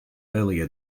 earlier